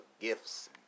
Gifts